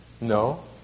No